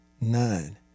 nine